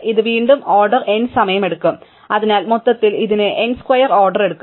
ഇത് വീണ്ടും order n സമയം എടുക്കും അതിനാൽ മൊത്തത്തിൽ ഇതിന് n സ്ക്വയർ ഓർഡർ എടുക്കും